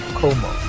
coma